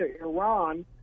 iran